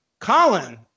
Colin